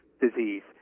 disease